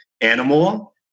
animal